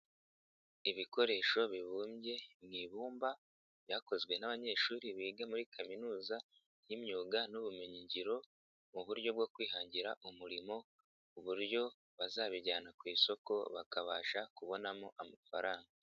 Ibikoresho bibumbye mu ibumba byakozwe n'abanyeshuri biga muri kaminuza y'imyuga n'ubumenyingiro mu buryo bwo kwihangira umurimo, ku uburyo bazabijyana ku isoko bakabasha kubonamo amafaranga.